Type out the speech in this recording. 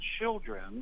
children